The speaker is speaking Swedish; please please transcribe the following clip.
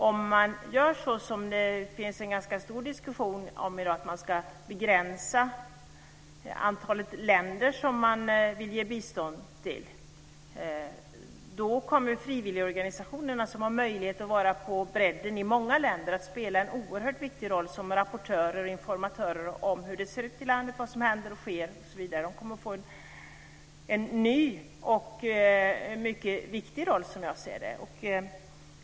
Om man begränsar antalet länder som man vill ge bistånd till - det finns en ganska stor diskussion om det i dag - kommer frivilligorganisationerna, som har möjlighet att vara på bredden i många länder, att spela en oerhört viktig roll som rapportörer och informatörer om hur det ser ut i ett land, vad som händer och sker osv. De kommer att få en ny och mycket viktig roll, som jag ser det.